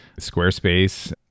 Squarespace